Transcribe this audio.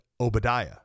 Obadiah